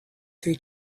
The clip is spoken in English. three